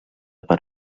per